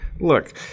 look